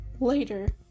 later